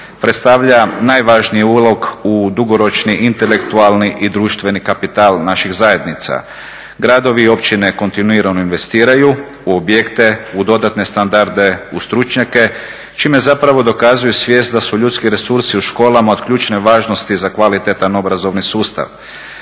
predstavlja najvažniji ulog u dugoročni intelektualni i društveni kapital naših zajednica. Gradovi i općine kontinuirano investiraju u objekte, u dodatne standarde, u stručnjake čime zapravo dokazuju svijest da su ljudski resursi u školama od ključne važnosti za kvalitetan obrazovni sustav.